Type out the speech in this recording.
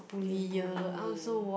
you bully me